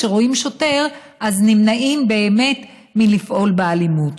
כשרואים שוטר, אז נמנעים באמת מלפעול באלימות.